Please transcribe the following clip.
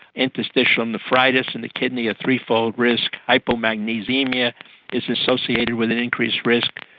interstitial nephritis in the kidney a threefold risk, hypomagnesaemia is associated with an increased risk,